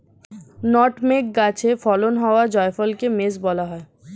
nutmeg গাছে ফলন হওয়া জায়ফলকে মেস বলা হয়